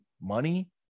money